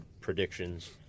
predictions